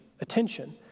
attention